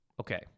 Okay